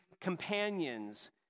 companions